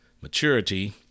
maturity